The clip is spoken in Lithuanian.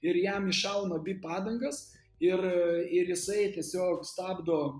ir jam iššauna abi padangas ir ir jisai tiesiog stabdo